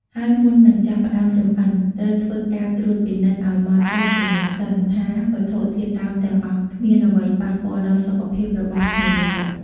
ហើយមុនពេលនឹងចាប់ផ្តើមចម្អិន ត្រូវធ្វើការត្រួតពិនិត្យអោយម៉ត់ចត់ជាមុនសិនថា វត្ថុធាតុដើមទាំងអស់គ្មានអ្វីប៉ះពាល់ដល់សុខភាពរបស់ភ្ញៀវឡើយ។